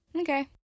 Okay